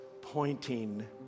pointing